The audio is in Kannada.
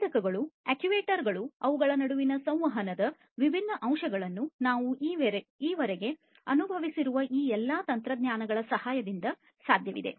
ಸಂವೇದಕಗಳು ಅಕ್ಚುಯೇಟರ್ ಗಳು ಅವುಗಳ ನಡುವಿನ ಸಂವಹನದ ವಿಭಿನ್ನ ಅಂಶಗಳನ್ನು ನಾವು ಈವರೆಗೆ ಅನುಭವಿಸಿರುವ ಈ ಎಲ್ಲಾ ತಂತ್ರಜ್ಞಾನಗಳ ಸಹಾಯದಿಂದ ಸಾಧ್ಯವಿದೆ